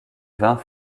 vingt